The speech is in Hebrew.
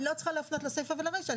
אני לא צריכה להפנות לסיפה ולרישה,